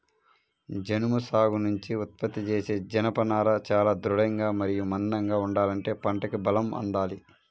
జనుము సాగు నుంచి ఉత్పత్తి చేసే జనపనార చాలా దృఢంగా మరియు మందంగా ఉండాలంటే పంటకి బలం అందాలి